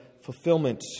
fulfillment